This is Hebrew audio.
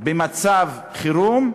במצב חירום,